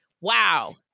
Wow